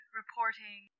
reporting